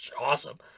awesome